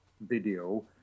video